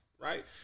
Right